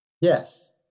Yes